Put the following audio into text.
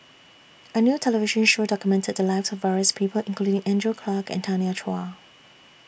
A New television Show documented The Lives of various People including Andrew Clarke and Tanya Chua